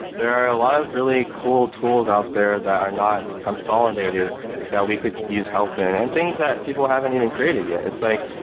there are a lot of really cool tools out there that are not consolidated that we could use help in and things that people haven't even created yet. it's like,